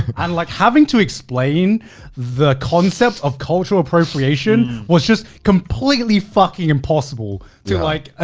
and like having to explain the concept of cultural appropriation was just completely fucking impossible to like, ah